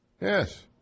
Yes